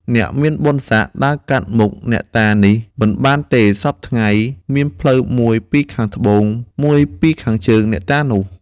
អ្នកមានបុណ្យស័ក្ដិ ដើរកាត់មុខអ្នកតានេះ មិនបានទេ សព្វថ្ងៃ មានផ្លូវមួយពីខាងត្បូង មួយពីខាងជើងអ្នកតានោះ ។